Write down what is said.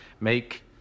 make